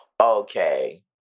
okay